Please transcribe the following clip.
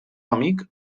amic